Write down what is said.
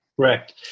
Correct